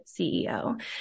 CEO